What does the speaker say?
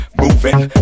moving